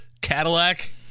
Cadillac